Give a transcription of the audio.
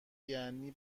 یعنی